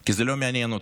כי זה לא מעניין אותם.